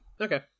okay